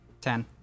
ten